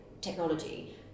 technology